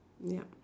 ya